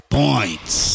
points